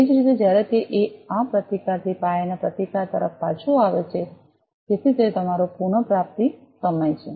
એ જ રીતે જ્યારે તે આ પ્રતિકારથી પાયાના પ્રતિકાર તરફ પાછું આવે છે જેથી તે તમારો પુન પ્રાપ્તિ સમય છે